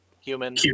human